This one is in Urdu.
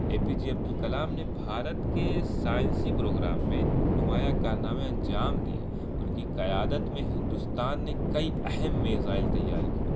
اے پی جے عبد الکلام نے بھارت کے سائنسی پروگرام میں نمایاں کارنامے انجام دیے ان کی قیادت میں ہندوستان نے کئی اہم میزائل تیار کیے